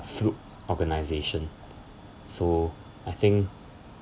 fraud organisation so I think